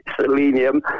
selenium